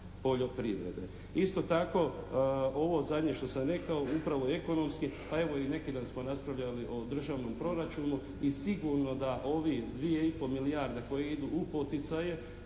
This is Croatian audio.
poljoprivrede. Isto tako ovo zadnje što sam rekao upravo ekonomski pa evo i neki danas smo raspravljali o državnom proračunu i sigurno da ovih 2 i pol milijarde koje idu u poticaje